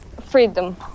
freedom